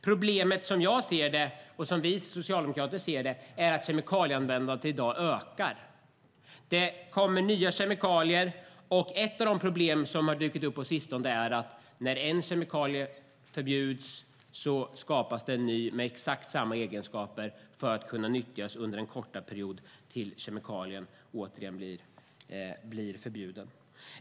Problemet som jag och Socialdemokraterna ser är att kemikalieanvändandet i dag ökar. Det kommer nya kemikalier, och ett av de problem som dykt upp på sistone är att när en kemikalie förbjuds skapas en ny med exakt samma egenskaper för att kunna nyttjas under den korta perioden tills kemikalien återigen blir förbjuden.